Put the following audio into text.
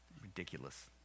Ridiculous